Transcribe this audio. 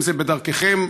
זו דרככם,